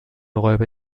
räuber